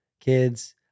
kids